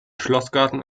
schlossgarten